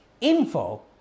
info